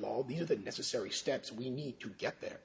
the necessary steps we need to get there